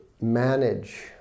manage